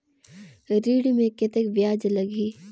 ऋण मे कतेक ब्याज लगही?